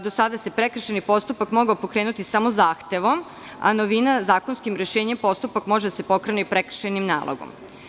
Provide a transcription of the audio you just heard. Do sada se prekršajni postupak mogao pokrenuti samo zahtevom, a novina zakonskim rešenjem je da postupak može da se pokrene i prekršajnim nalogom.